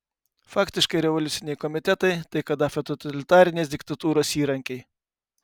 faktiškai revoliuciniai komitetai tai kadafio totalitarinės diktatūros įrankiai